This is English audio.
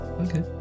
Okay